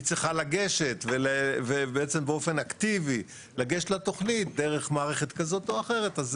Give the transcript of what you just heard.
היא צריכה לגשת בעצם באופן אקטיבי לתוכנית בדרך כזאת או אחרת.